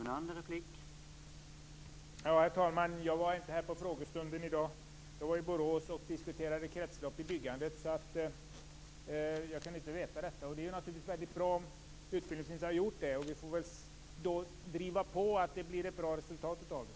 Herr talman! Jag var inte här på frågestunden i dag. Jag var i Borås och diskuterade kretslopp i byggandet, så jag visste inte detta. Det är naturligtvis bra om utbildningsministern har gjort det. Vi får då driva på så att det blir ett bra resultat av det.